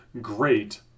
great